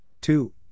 Two